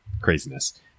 craziness